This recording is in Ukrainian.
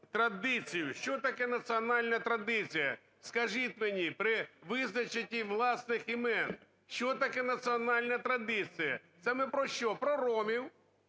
традицію. Що таке національна традиція, скажіть мені, при визначенні власних імен? Що таке національна традиція? Це ми про що, про ромів,